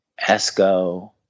Esco